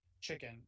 chicken